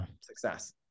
success